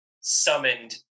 summoned